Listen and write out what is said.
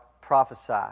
prophesy